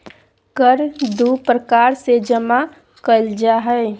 कर दू प्रकार से जमा कइल जा हइ